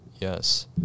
yes